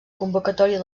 convocatòria